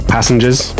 Passengers